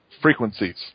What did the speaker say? frequencies